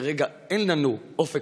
כרגע אין לנו אופק,